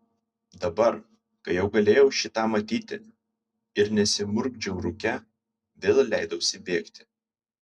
dabar kai jau galėjau šį tą matyti ir nesimurkdžiau rūke vėl leidausi bėgti